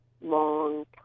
long